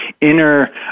inner